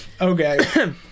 Okay